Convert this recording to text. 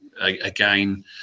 again